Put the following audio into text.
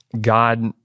God